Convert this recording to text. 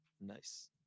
nice